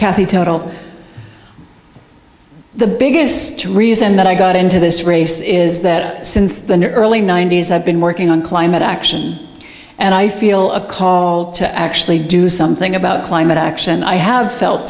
kathy total the biggest reason that i got into this race is that since the early ninety's i've been working on climate action and i feel a call to actually do something about climate action i have felt